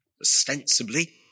ostensibly